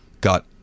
got